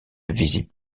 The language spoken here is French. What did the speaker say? visite